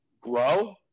grow